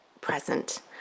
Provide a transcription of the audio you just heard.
present